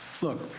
Look